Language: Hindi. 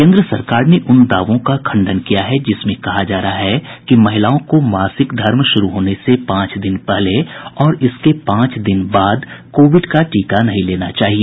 केन्द्र सरकार ने उन दावों का खंडन किया है कि जिसमें कहा जा रहा है कि महिलाओं को मासिक धर्म शुरू होने से पांच दिन पहले और इसके पांच दिन बाद कोविड का टीका नहीं लेना चाहिए